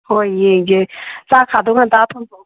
ꯍꯣꯏ ꯌꯦꯡꯁꯦ ꯆꯥꯛꯀꯥꯗꯣ ꯉꯟꯇꯥ